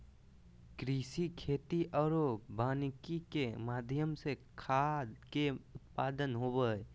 कृषि, खेती आरो वानिकी के माध्यम से खाद्य के उत्पादन होबो हइ